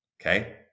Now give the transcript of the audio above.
Okay